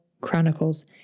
Chronicles